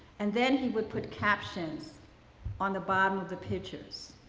and then, he would put captions on the bottom of the pictures.